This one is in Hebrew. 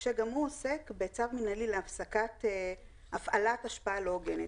שגם הוא עוסק בצו מינהלי להפסקת הפעלת השפעה לא הוגנת.